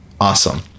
Awesome